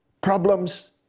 problems